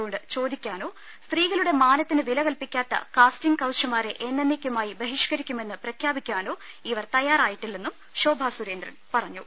നോട് ചോദിക്കാനും സ്ത്രീകളുടെ മാനത്തിന് വിലകല്പിക്കാത്ത കാസ്റ്റിംഗ് കൌച്ചുമാരെ എന്നെന്നേക്കുമായി ബഹിഷ്കരിക്കുമെന്ന് പ്രഖ്യാപിക്കാനോ ഇവർ തയ്യാറായിട്ടില്ലെന്നും ശോഭാ സുരേന്ദ്രൻ പറഞ്ഞു